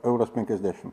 euras penkiasdešimt